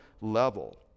level